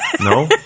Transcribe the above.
No